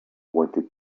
wanted